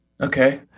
okay